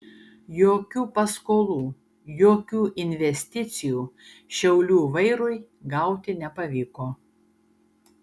jokių paskolų jokių investicijų šiaulių vairui gauti nepavyko